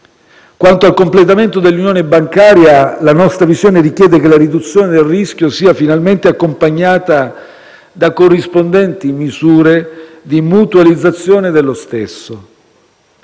Quanto al completamento dell'unione bancaria, la nostra visione richiede che la riduzione del rischio sia finalmente accompagnata da corrispondenti misure di mutualizzazione dello stesso.